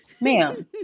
ma'am